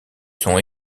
sont